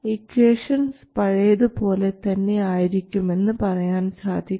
equations പഴയതുപോലെ തന്നെ ആയിരിക്കുമെന്ന് പറയാൻ സാധിക്കും